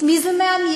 את מי זה מעניין?